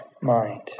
mind